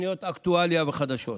תוכניות אקטואליה וחדשות.